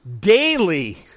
daily